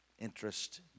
Interest